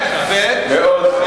מאוד חמור.